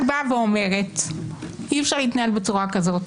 אני רק באה ואומרת שאי-אפשר להתנהל בצורה כזאת,